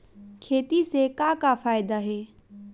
खेती से का का फ़ायदा हे?